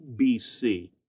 BC